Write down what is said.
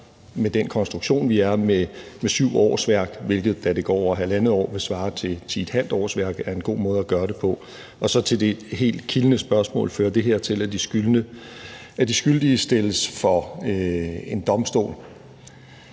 med den konstruktion, vi har, med 7 årsværk, hvilket vil svare til 10½ årsværk, da det går over 1½ år, er en god måde at gøre det på. Og så til det helt kildne spørgsmål: Fører det her til, at de skyldige stilles for en domstol?